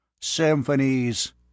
Symphonies